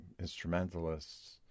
instrumentalists